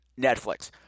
Netflix